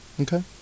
Okay